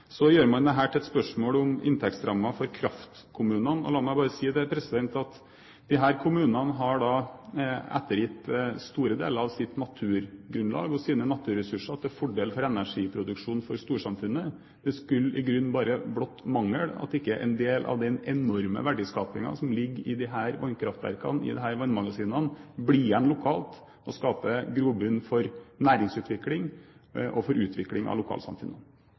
Så gjør man dette til et spørsmål om inntektsrammer for kraftkommunene. La meg bare si at disse kommunene har ettergitt store deler av sitt naturgrunnlag og sine naturressurser til fordel for energiproduksjon for storsamfunnet. Det skulle blott mangle at ikke en del av den enorme verdiskapingen som ligger i disse vannkraftverkene, i disse vannmagasinene, blir igjen lokalt og skaper grobunn for næringsutvikling og utvikling av